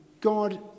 God